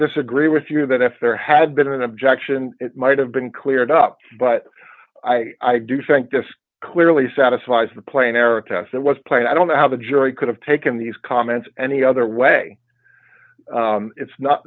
disagree with you that if there had been an objection it might have been cleared up but i do think this clearly satisfies the plane air attacks that was planned i don't know how the jury could have taken these comments any other way it's not